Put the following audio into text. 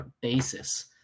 basis